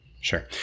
sure